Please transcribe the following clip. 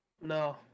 No